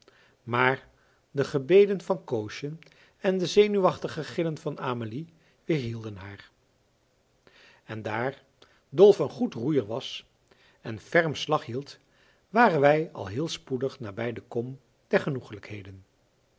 maar de gebeden van koosje en de zenuwachtige gillen van amelie weerhielden haar en daar dolf een goed roeier was en ferm slag hield waren wij al heel spoedig nabij de kom der genoeglijkheden